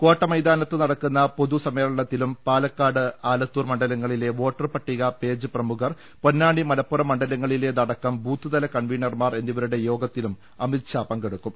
കോട്ട മൈതാനത്ത് നടക്കുന്ന പൊതു സമ്മേ ളനത്തിലും പാലക്കാട് ആലത്തൂർ മണ്ഡലങ്ങളിലെ വോട്ടർ പട്ടികാ പേജ് പ്രമുഖർ പൊന്നാനിമലപ്പുറം മണ്ഡലങ്ങളിലേതടക്കം ബൂത്ത്തല കൺവീനർമാർ എന്നിവരുടെ യോഗത്തിലും അമിത് ഷാ പങ്കെടുക്കും